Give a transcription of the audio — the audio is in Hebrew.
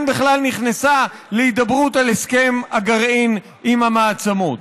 בכלל נכנסה להידברות על הסכם הגרעין עם המעצמות.